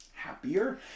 happier